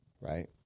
right